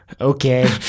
okay